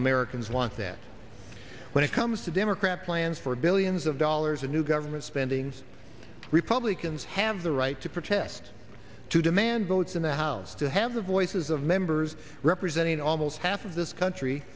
americans want that when it comes to democrats plans for billions of dollars in new government spending republicans have the right to protest to demand votes in the house to have the voices of members representing almost half of this country